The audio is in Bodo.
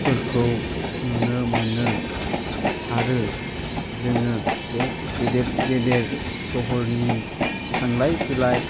फोरखौ नुनो मोनो आरो जोङो बे गेदेर गेदेर सहरनि थांलाय फैलाय